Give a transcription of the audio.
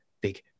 big